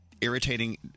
irritating